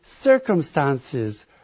circumstances